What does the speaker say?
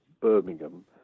Birmingham